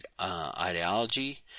ideology